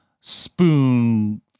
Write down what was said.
spoon